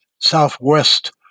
southwest